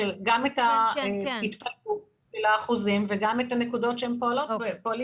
גם את ההתפלגות של האחוזים וגם את הנקודות בהן פועלים.